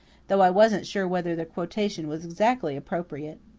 though i wasn't sure whether the quotation was exactly appropriate.